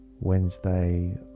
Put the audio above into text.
Wednesday